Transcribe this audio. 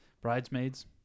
Bridesmaids